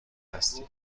هستی